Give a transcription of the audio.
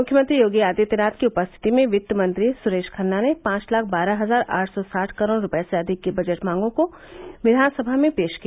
मुख्यमंत्री योगी आदित्यनाथ की उपस्थिति में वित्त मंत्री सुरेश खन्ना ने पांच लाख बारह हजार आठ सौ साठ करोड़ रूपये से अधिक की बजट मांगों को विधानसभा में पेश किया